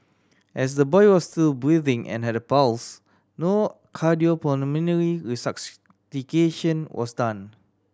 as the boy was still breathing and had a pulse no cardiopulmonary resuscitation was done